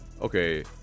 okay